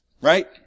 right